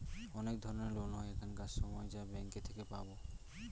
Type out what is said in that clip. অনেক ধরনের লোন হয় এখানকার সময় যা ব্যাঙ্কে থেকে পাবো